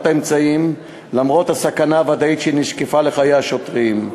האמצעים למרות הסכנה הוודאית שנשקפה לחיי השוטרים.